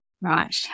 Right